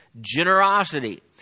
generosity